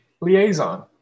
liaison